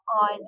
on